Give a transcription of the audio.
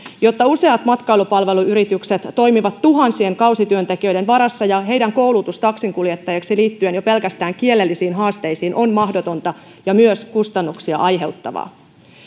että useat matkailupalveluyritykset toimivat tuhansien kausityöntekijöiden varassa ja heidän koulutuksensa taksinkuljettajaksi liittyen jo pelkästään kielellisiin haasteisiin on mahdotonta ja myös kustannuksia aiheuttavaa